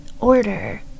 order